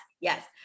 yes